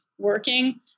working